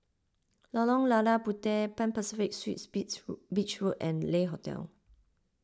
Lorong Lada Puteh Pan Pacific Suites Beach Road Beach Road and Le Hotel